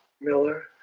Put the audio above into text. Miller